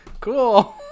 Cool